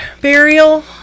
burial